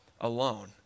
alone